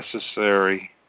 necessary